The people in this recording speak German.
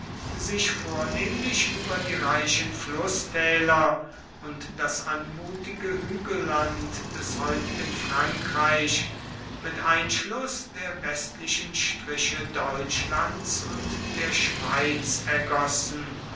sich vornehmlich über die reichen flußtäler und das anmutige hügelland des heutigen frankreich mit einschluß der westlichen striche deutschlands und der schweiz ergossen